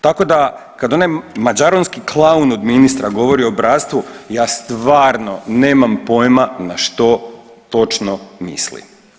Tako da kad onaj mađaronski klaun od ministra govori o bratstvu ja stvarno nemam pojma na što točno misli.